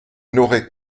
n’aurait